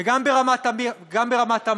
וגם ברמת המקרו,